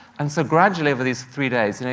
and so, gradually over these three days,